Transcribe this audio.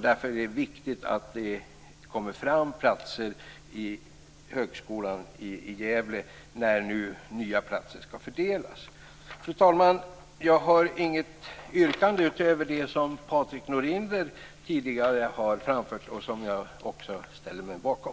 Därför är det viktigt att det kommer platser på högskolan i Gävle när nya platser nu skall fördelas. Fru talman! Jag har inget yrkande utöver det som Patrik Norinder tidigare har framfört, som jag också ställer mig bakom.